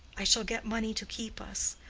i shall get money to keep us.